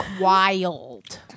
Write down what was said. wild